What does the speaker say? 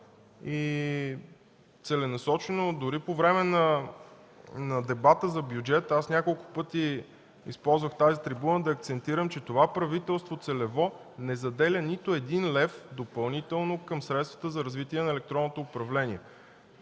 и целенасочено, дори по време на дебата за бюджета аз няколко пъти използвах тази трибуна да акцентирам, че това правителство целево не заделя нито един лев допълнително към средствата за развитие на електронното управление.